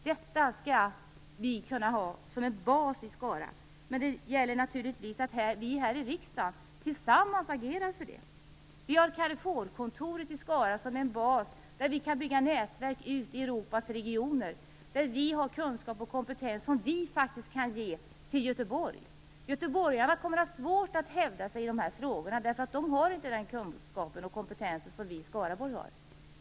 Detta skulle Skara kunna utgöra basen för. Men då gäller det naturligtvis att vi här i riksdagen tillsammans agerar för det. Vid Carrefourkontoret i Skara kan vi bygga nätverk ut i Europas regioner. Vi har kunskap och kompetens som vi kan ge till Göteborg. Göteborgarna kommer att ha svårt att hävda sig i dessa frågor, eftersom de inte har den kunskap och kompetens som vi i Skaraborg har.